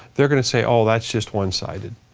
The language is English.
they're gonna say, oh, that's just one sided.